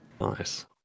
Nice